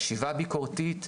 חשיבה ביקורתית,